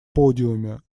подиуме